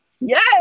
Yes